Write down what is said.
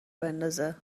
بندازه